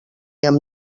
amb